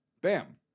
Bam